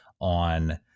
on